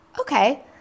okay